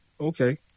okay